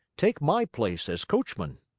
take my place as coachman.